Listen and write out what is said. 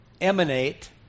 Emanate